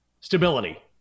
stability